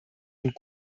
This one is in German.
und